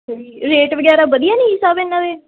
ਅਤੇ ਜੀ ਰੇਟ ਵਗੈਰਾ ਵਧੀਆ ਨੇ ਜੀ ਸਭ ਇਹਨਾਂ ਦੇ